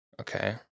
Okay